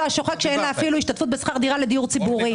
שוחק שאין לה אפילו השתתפות בשכר דירה לדיור ציבורי?